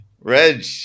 Reg